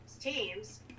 teams